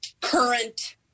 current